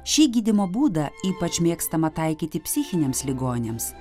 šį gydymo būdą ypač mėgstama taikyti psichiniams ligoniams